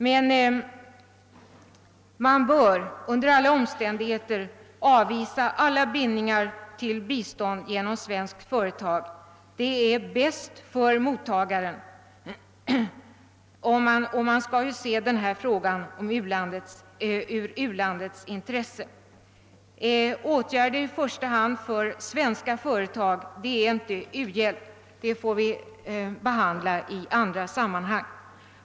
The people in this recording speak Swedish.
Men man bör under alla omständigheter avvisa alla bindningar till bistånd genom svenska företag — det är bäst för mottagaren, och man bör se denna fråga med u-landets intresse för ögonen. Åtgärder i första hand för svenska företag är inte u-hjälp, och dem får vi behandla i annat sammanhang.